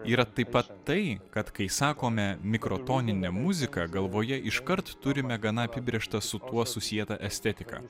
yra taip pat tai kad kai sakome mikrotoninė muzika galvoje iškart turime gana apibrėžtą su tuo susietą estetiką